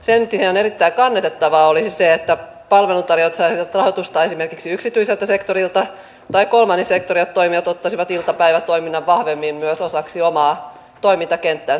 sen sijaan erittäin kannatettavaa olisi se että palveluntarjoajat saisivat rahoitusta esimerkiksi yksityiseltä sektorilta tai myös kolmannen sektorin toimijat ottaisivat iltapäivätoiminnan vahvemmin osaksi omaa toimintakenttäänsä